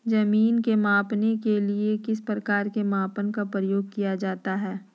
जमीन के मापने के लिए किस प्रकार के मापन का प्रयोग किया जाता है?